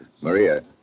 Maria